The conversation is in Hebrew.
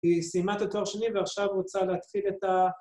‫היא סיימת את התואר שני, ‫ועכשיו הוא רוצה להתחיל את ה...